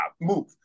move